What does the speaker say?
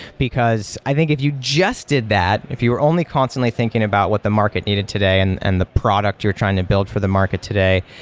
because i think if you just did that, if you were only constantly thinking about what the market needed today and and the product you're trying to build for the market today,